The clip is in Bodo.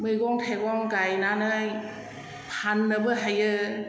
मैगं थाइगं गायनानै फाननोबो हायो